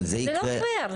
זה לא פייר.